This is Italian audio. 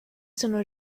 sono